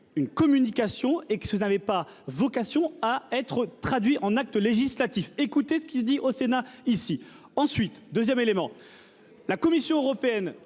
une communication et qu'est-ce que vous n'avait pas vocation à être traduit en actes législatifs. Écoutez ce qu'il dit au Sénat ici ensuite 2ème élément. La Commission européenne